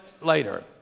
later